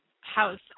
House